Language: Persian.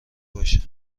باشه